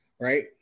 Right